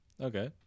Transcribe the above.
Okay